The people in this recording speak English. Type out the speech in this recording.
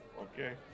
Okay